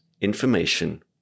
information